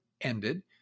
ended